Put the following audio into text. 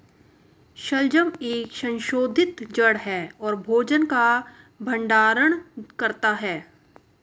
शलजम एक संशोधित जड़ है और भोजन का भंडारण करता है